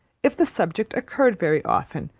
if the subject occurred very often,